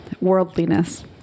worldliness